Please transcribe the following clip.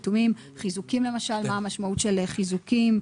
איטומים, חיזוקים, למשל מה המשמעות של חיזוקים.